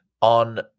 on